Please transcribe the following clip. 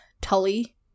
Tully